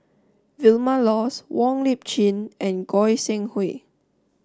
Vilma Laus Wong Lip Chin and Goi Seng Hui